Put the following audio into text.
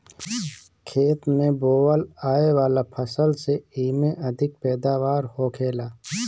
खेत में बोअल आए वाला फसल से एमे अधिक पैदावार होखेला